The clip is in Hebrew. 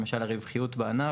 למשל הרווחיות בענף,